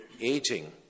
aging